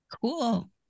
Cool